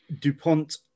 dupont